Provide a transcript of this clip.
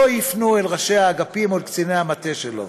לא יפנו אל ראשי האגפים או אל קציני המטה שלו.